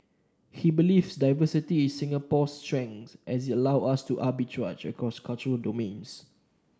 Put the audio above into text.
he believes diversity is Singapore's strength as it allow us to arbitrage across cultural domains